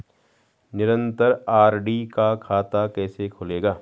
निरन्तर आर.डी का खाता कैसे खुलेगा?